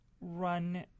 run